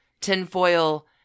tinfoil